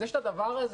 אז יש את הדבר הזה,